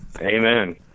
Amen